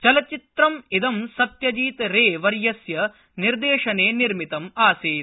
चलच्चित्रं इदम् सत्यजीत रे वर्यस्य निर्देशने निर्मितं आसीत्